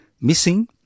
missing